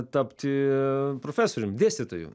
tapti profesorium dėstytoju